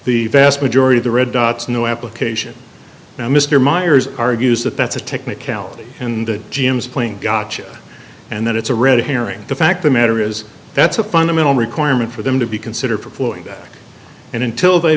the vast majority of the red dots no application now mr meyers argues that that's a technicality in the gym's playing gotcha and that it's a red herring the fact the matter is that's a fundamental requirement for them to be considered for pulling back and until they